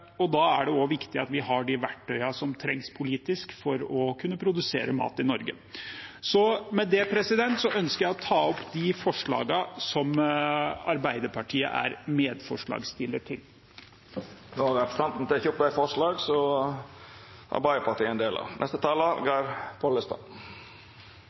Da er det viktig at vi har de verktøyene som trengs politisk for å kunne produsere mat i Norge. Med det ønsker jeg å ta opp de forslagene som Arbeiderpartiet er medforslagsstiller til. Representanten Nils Kristen Sandtrøen har teke opp dei forslaga han refererte til. Dette representantforslaget er ein del av